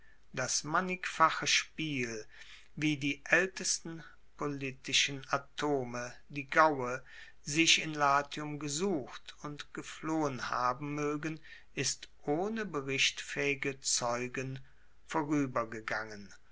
das mannigfache spiel wie die aeltesten politischen atome die gaue sich in latium gesucht und geflohen haben moegen ist ohne berichtfaehige zeugen voruebergegangen